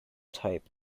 type